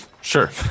Sure